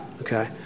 Okay